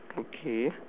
okay